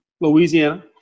Louisiana